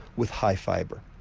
with high fibre.